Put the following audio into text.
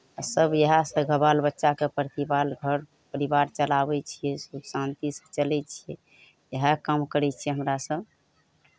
सभ इएहसँ बाल बच्चाके प्रतिपाल घर परिवार चलाबै छियै सुख शान्तिसँ चलै छियै इएह काम करै छियै हमरा सभ